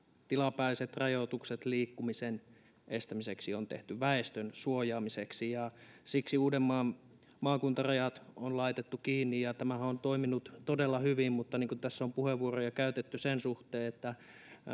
tilapäiset rajoitukset liikkumisen estämiseksi on tehty väestön suojaamiseksi ja siksi uudenmaan maakuntarajat on laitettu kiinni tämähän on toiminut todella hyvin mutta niin kuin tässä on puheenvuoroja käytetty sen suhteen että